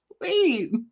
Wait